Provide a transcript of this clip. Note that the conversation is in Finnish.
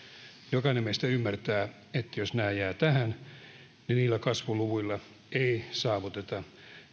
jokainen meistä ymmärtää että jos nämä jäävät tähän niin niillä kasvuluvuilla ei saavuteta